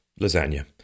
lasagna